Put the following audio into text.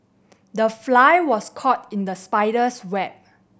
the fly was caught in the spider's web